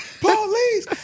Police